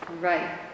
Right